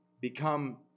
become